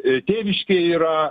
tėviškėj yra